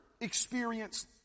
experience